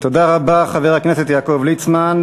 תודה רבה, חבר הכנסת ליצמן.